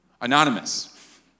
Anonymous